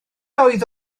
oedd